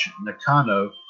Nakano